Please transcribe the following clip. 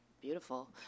Beautiful